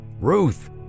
Ruth